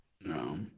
no